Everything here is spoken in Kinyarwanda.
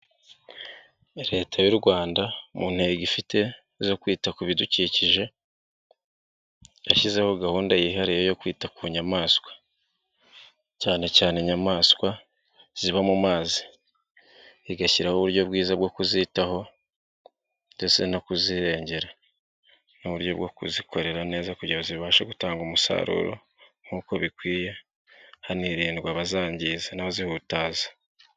Leta y'u Rwanda mu ntego ifite zo kwita ku bidukikije yashyizeho gahunda yihariye yo kwita ku nyamaswa cyane cyane inyamaswa ziba mu mazi, igashyiraho uburyo bwiza bwo kuzitaho ndetse no kuzirengera n'uburyo bwo kuzikorera neza kugira ngo zibashe gutanga umusaruro nkuko bikwiye, hanirindwa abazangiza n'abazihutaza.